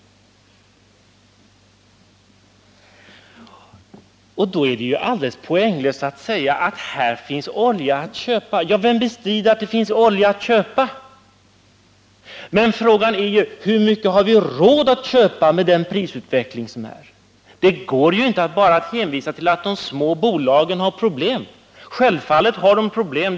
Då är det ju alldeles poänglöst att föra fram att det finns olja att köpa. Visst finns det olja att köpa! Vem bestrider det? Men frågan är ju: Hur mycket har vi råd att köpa med den prisutveckling som råder? Det går inte att bara hänvisa till att de små bolagen har problem. Självfallet har de problem.